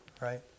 right